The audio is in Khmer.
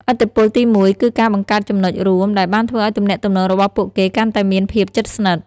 ឥទ្ធិពលទីមួយគឺការបង្កើតចំណុចរួមដែលបានធ្វើឲ្យទំនាក់ទំនងរបស់ពួកគេកាន់តែមានភាពជិតស្និទ្ធ។